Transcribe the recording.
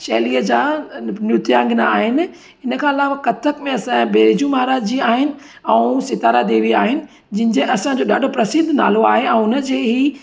शैलीअ जा अ नृत्य अंगना आहिनि हिन खां अलावा कथक में असांजे ब्रिजू महाराज जी आहिनि ऐं सितारा देवी आहिनि जिन जे असांजो ॾाढो प्रसिद्ध नालो आहे ऐं हुन जे ई